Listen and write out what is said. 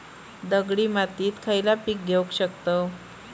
दगडी मातीत खयला पीक घेव शकताव?